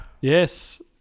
Yes